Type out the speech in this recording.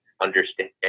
understand